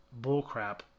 bullcrap